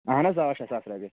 اَہَن حظ آ شےٚ ساس رۄپیہِ